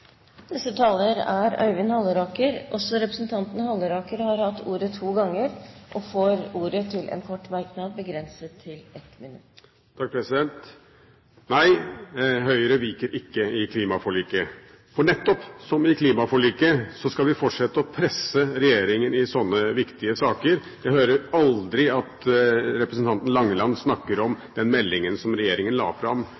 Representanten Øyvind Halleraker har hatt ordet to ganger tidligere og får ordet til en kort merknad, begrenset til 1 minutt. Nei, Høyre viker ikke i klimaforliket. Og nettopp som i klimaforliket skal vi fortsette å presse regjeringen i sånne viktige saker. Jeg hører aldri at representanten Langeland snakker